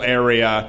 area